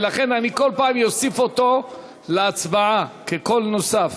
ולכן אני כל פעם אוסיף אותו להצבעה כקול נוסף.